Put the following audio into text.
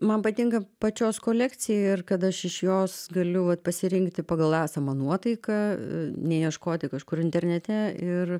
man patinka pačios kolekcija ir kad aš iš jos galiu vat pasirinkti pagal esamą nuotaiką neieškoti kažkur internete ir